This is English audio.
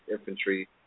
Infantry